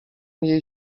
jej